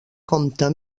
compte